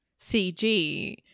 CG